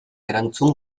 erantzun